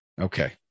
Okay